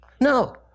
No